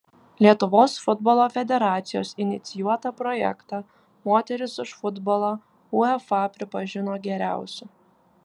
lietuvos futbolo federacijos inicijuotą projektą moterys už futbolą uefa pripažino geriausiu